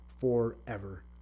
forever